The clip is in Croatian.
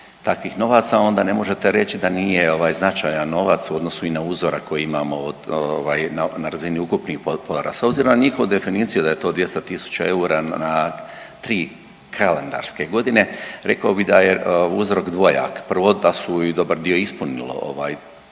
takvih novaca onda ne možete reć da nije značajan novac u odnosu i na uzorak koji imamo na razini ukupnih potpora. S obzirom na njihovu definiciju da je to 200.000 eura na tri kalendarske godine, rekao bi da je uzrok dvojak. Prvo da su i dobar dio ispunilo taj